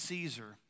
Caesar